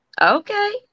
Okay